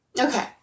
Okay